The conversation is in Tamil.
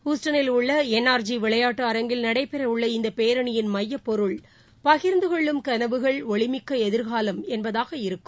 ஹுஸ்டனில் உள்ளஎன் ஆர் ஜி விளையாட்டு அரங்கில் நடைபெறவுள்ள இந்தபேரணியின் மையப்பொருள் ஹவ்டிமோடி பகிர்ந்தகொள்ளும் கனவுகள் ஒளிமிக்கஎதிர்காலம் என்பதாக இருக்கும்